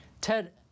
Ted